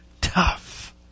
tough